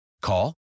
Call